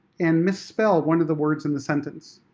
and misspell one of the words in the sentence.